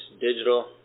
digital